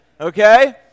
Okay